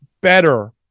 better